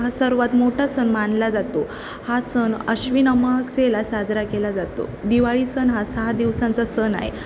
हा सर्वात मोठा सण मानला जातो हा सन आश्विन अमावास्येला साजरा केला जातो दिवाळी सण हा सहा दिवसांचा सण आहे